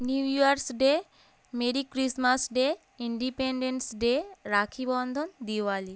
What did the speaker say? new Year's Day merry Christmas Day Independence Day Rakhi Bandhan Diwali